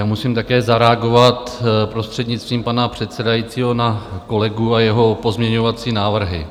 Musím také zareagovat, prostřednictvím pana předsedajícího, na kolegu a jeho pozměňovací návrhy.